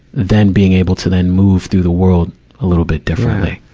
then being able to then move through the world a little bit differently.